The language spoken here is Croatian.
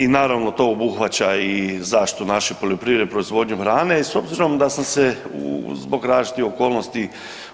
I naravno, to obuhvaća i zaštitu naše poljoprivrede, proizvodnju hrane i s obzirom da sam se zbog različitih okolnosti